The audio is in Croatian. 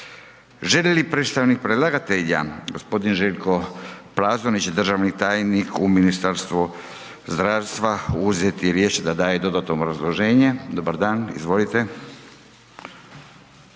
Želi li predstavnik predlagatelja, gospodin Željko Plazonić, državni tajnik u Ministarstvu zdravstva uzeti riječ da daje dodatno obrazloženje? Dobar dan, izvolite.